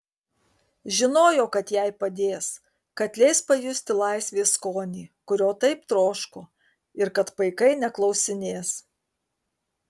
žinojo kad jai padės kad leis pajusti laisvės skonį kurio taip troško ir kad paikai neklausinės